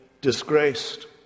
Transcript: disgraced